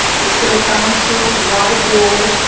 the city council, the water board,